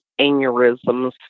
aneurysms